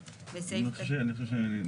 אולי תוכלו לומר לנו,